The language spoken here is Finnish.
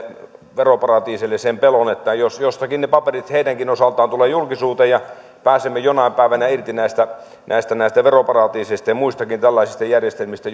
veroparatiiseille sen pelon että jostakin ne paperit heidänkin osaltaan tulevat julkisuuteen ja pääsemme jonain päivänä irti näistä näistä veroparatiiseista ja muistakin tällaisista järjestelmistä